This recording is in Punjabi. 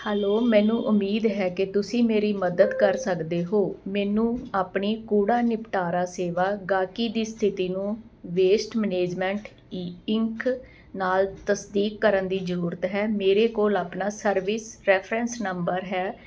ਹੈਲੋ ਮੈਨੂੰ ਉਮੀਦ ਹੈ ਕਿ ਤੁਸੀਂ ਮੇਰੀ ਮਦਦ ਕਰ ਸਕਦੇ ਹੋ ਮੈਨੂੰ ਆਪਣੀ ਕੂੜਾ ਨਿਪਟਾਰਾ ਸੇਵਾ ਗਾਹਕੀ ਦੀ ਸਥਿਤੀ ਨੂੰ ਵੇਸਟ ਮਨੇਜਮੈਂਟ ਈ ਇੰਕ ਨਾਲ ਤਸਦੀਕ ਕਰਨ ਦੀ ਜ਼ਰੂਰਤ ਹੈ ਮੇਰੇ ਕੋਲ ਆਪਣਾ ਸਰਵਿਸ ਰੈਫਰੈਂਸ ਨੰਬਰ ਹੈ